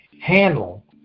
handle